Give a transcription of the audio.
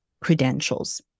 credentials